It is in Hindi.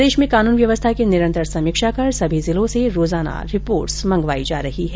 प्रदेश में कानून व्यवस्था की निरन्तर समीक्षा कर सभी जिलों से रोजाना रिपोर्ट्स मंगवाई जा रही हैं